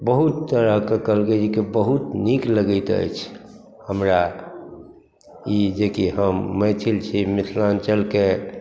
बहुत तरहके कहलकै जे कि बहुत नीक लगैत अछि हमरा ई जे कि हम मैथिल छी मिथिलाञ्चलके